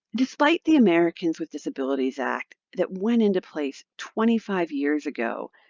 despite the americans with disabilities act that went into place twenty five years ago,